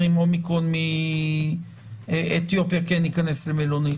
עם אומיקרון מאתיופיה כן ייכנס למלונית?